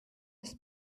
ist